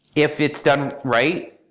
if it's done right,